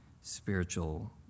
spiritual